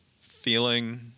feeling